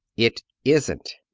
it isn't.